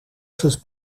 sus